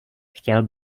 chtěl